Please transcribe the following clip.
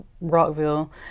Rockville